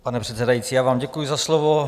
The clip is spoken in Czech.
Pane předsedající, já vám děkuji za slovo.